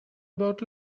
about